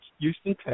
Houston